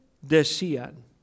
decían